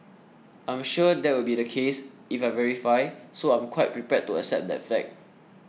I'm sure that will be the case if I verify so I'm quite prepared to accept that fact